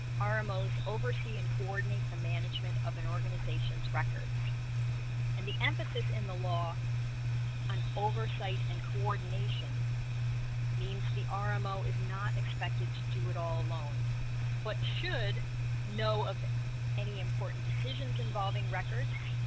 ah rmos oversee and coordinate the management of an organization's records and the emphasis in the law an oversight and coordination means the um rmo is not expected to do it all alone but should know of any important decisions involving records